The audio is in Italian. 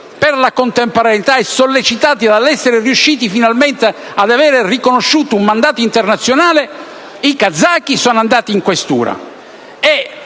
la contemporaneità e la sollecitudine dipendevano dall'essere riusciti finalmente ad avere riconosciuto un mandato internazionale - i kazaki sono andati in questura